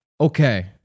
Okay